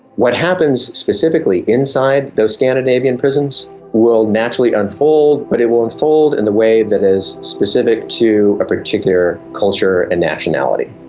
what happens specifically inside those scandinavian prisons will naturally unfold but it will unfold in a way that is specific to a particular culture and nationality.